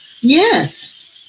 Yes